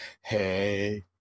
hey